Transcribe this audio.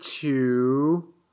two